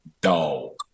Dog